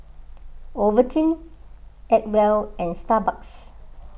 Ovaltine Acwell and Starbucks